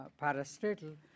parastatal